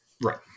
Right